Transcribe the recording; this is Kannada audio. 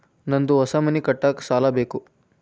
ನಂದು ಹೊಸ ಮನಿ ಕಟ್ಸಾಕ್ ಸಾಲ ಬೇಕು